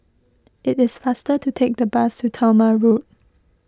it is faster to take the bus to Talma Road